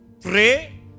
pray